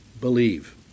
believe